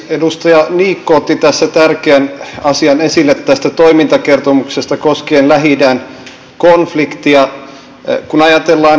edustaja niikko otti tärkeän asian esille tästä toimintakertomuksesta koskien lähi idän konfliktia